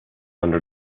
under